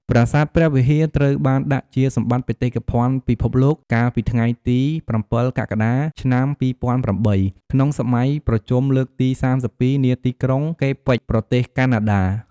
ប្រាសាទព្រះវិហារ ត្រូវបានដាក់ជាសម្បត្តិបេតិកភណ្ឌពិភពលោក កាលពីថ្ងៃទី០៧ កក្កដា ឆ្នាំ២០០៨ ក្នុងសម័យប្រជុំលើកទី៣២ នាទីក្រុងកេប៊ិច ប្រទេសកាណាដា។។